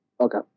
Okay